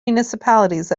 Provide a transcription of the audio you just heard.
municipalities